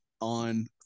on